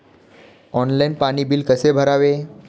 Online पाणी bill कसे भरावे?